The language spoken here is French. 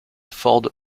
ford